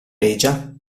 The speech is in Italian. regia